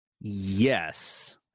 yes